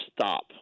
stop